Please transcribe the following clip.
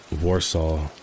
Warsaw